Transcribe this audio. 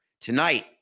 Tonight